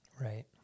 Right